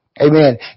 Amen